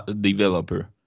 developer